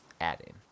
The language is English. adding